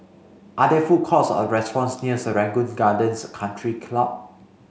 are there food courts or restaurants near Serangoon Gardens Country Club